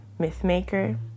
Mythmaker